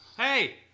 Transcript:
Hey